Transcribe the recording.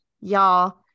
y'all